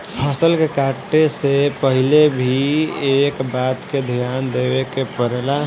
फसल के काटे से पहिले भी एह बात के ध्यान देवे के पड़ेला